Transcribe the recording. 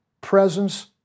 presence